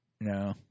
No